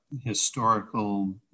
historical